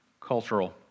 cultural